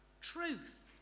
truth